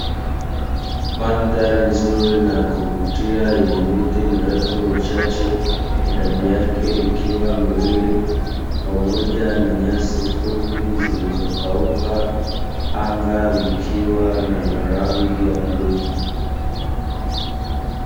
Mandhari nzuri na yakuvutia yenye miti mirefu michache, idadi yake ikiwa miwili pamoja na nyasi fupi zilizokauka, anga likiwa lina rangi ya bluu.